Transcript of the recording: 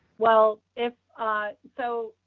well, if so,